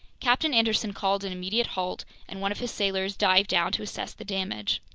captain anderson called an immediate halt, and one of his sailors dived down to assess the damage.